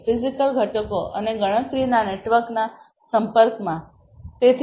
physical ઘટકો અને ગણતરીના નેટવર્કના સંપર્કમાં